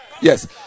Yes